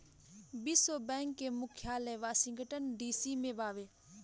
विश्व बैंक के मुख्यालय वॉशिंगटन डी.सी में बावे